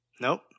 Nope